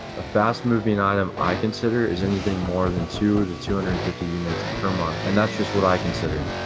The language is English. a fast moving item i consider is anything more than two to two hundred and fifty units per month, and that's just what i consider.